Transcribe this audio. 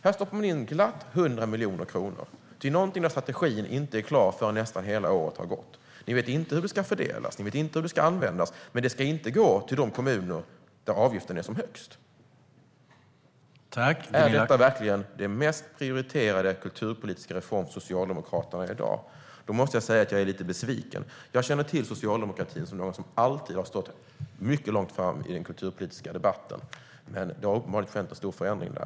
Här stoppar ni glatt in 100 miljoner kronor till något där strategin inte är klar förrän nästan hela året har gått. Ni vet inte hur pengarna ska fördelas eller användas, men de ska inte gå till de kommuner där avgiften är som högst. Är detta verkligen den mest prioriterade kulturpolitiska reformen för Socialdemokraterna i dag? Jag måste säga att jag är lite besviken. Socialdemokratin har alltid har stått mycket långt fram i den kulturpolitiska debatten, men det har uppenbarligen skett en stor förändring där.